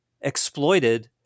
exploited